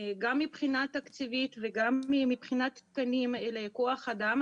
גם מבחינה תקציבית וגם מבחינת תקנים לכוח אדם.